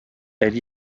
elle